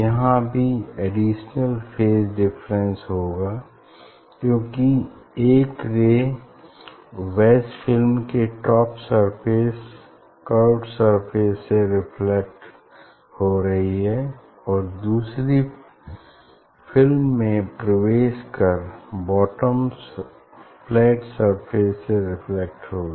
यहाँ भी additional phase difference होगा क्यूंकि एक रे वैज फिल्म के टॉप सरफेस कर्व्ड सरफेस से रिफ्लेक्ट हो रही है और दूसरी फिल्म में प्रवेश कर बॉटम फ्लैट सरफेस से रिफ्लेक्ट होगी